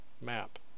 map